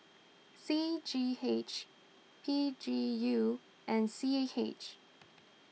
C G H P G U and C H A G